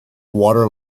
water